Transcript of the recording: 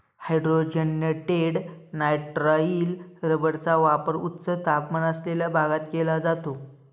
hydrogenated nitrile रबरचा वापर उच्च तापमान असलेल्या भागात केला जातो